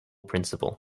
principal